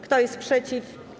Kto jest przeciw?